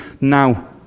now